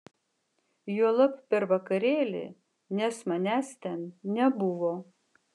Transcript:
juolab per vakarėlį nes manęs ten nebuvo